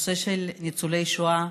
בנושא של ניצולי שואה,